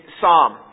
Psalm